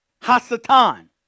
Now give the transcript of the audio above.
Hasatan